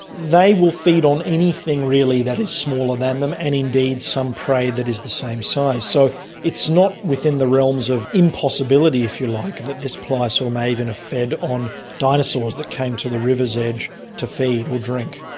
they will feed on anything really that is smaller than them, and indeed some prey that is the same size. so it's not within the realms of impossibility, if you like, that this pliosaur may even have fed on dinosaurs that came to the river's edge to feed or drink.